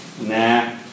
nah